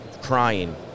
crying